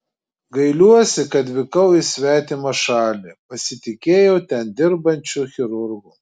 gailiuosi kad vykau į svetimą šalį pasitikėjau ten dirbančiu chirurgu